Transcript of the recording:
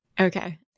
Okay